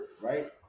right